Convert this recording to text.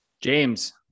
James